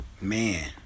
man